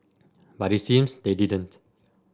but it seems they didn't